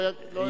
לא,